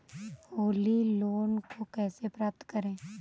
Holi loan को कैसे प्राप्त करें?